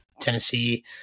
tennessee